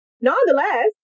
Nonetheless